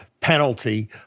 penalty